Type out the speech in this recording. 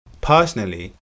personally